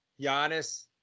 Giannis